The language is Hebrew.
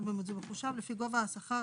אבל זה מחושב לפי גובה השכר